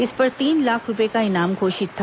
इस पर तीन लाख रूपये का इनाम घोषित था